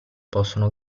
possono